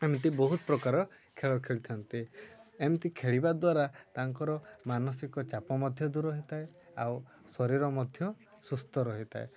ଏମିତି ବହୁତ ପ୍ରକାର ଖେଳ ଖେଳିଥାନ୍ତି ଏମିତି ଖେଳିବା ଦ୍ୱାରା ତାଙ୍କର ମାନସିକ ଚାପ ମଧ୍ୟ ଦୂର ହେଇଥାଏ ଆଉ ଶରୀର ମଧ୍ୟ ସୁସ୍ଥ ରହିଥାଏ